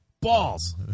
balls